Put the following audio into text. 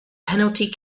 penalty